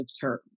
term